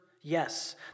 yes